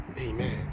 Amen